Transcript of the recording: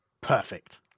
Perfect